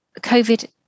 COVID